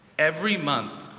every month,